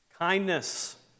kindness